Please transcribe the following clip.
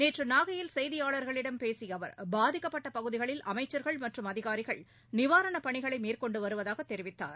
நேற்றுநாகையில் செய்தியாளர்களிடம் பேசியஅவர் பாதிக்கப்பட்டபகுதிகளில் அமைச்சர்கள் மற்றும் அதிகாரிகள் நிவாரணப் பணிகளைமேற்கொண்டுவருவதாகதெரிவித்தார்